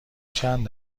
چند